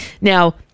Now